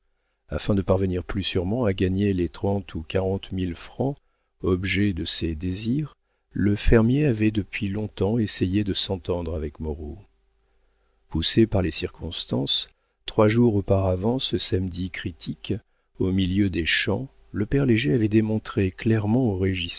afin de parvenir plus sûrement à gagner les trente ou quarante mille francs objet de ses désirs le fermier avait depuis longtemps essayé de s'entendre avec moreau poussé par les circonstances trois jours auparavant ce samedi critique au milieu des champs le père léger avait démontré clairement au